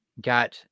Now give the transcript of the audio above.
got